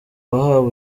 wahawe